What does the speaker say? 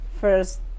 first